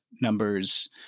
numbers